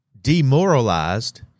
demoralized